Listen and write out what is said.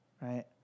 right